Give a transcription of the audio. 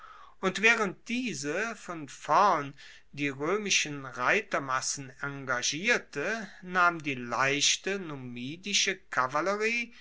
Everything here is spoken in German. und waehrend diese von vorn die roemischen reitermassen engagierte nahm die leichte numidische kavallerie